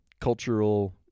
cultural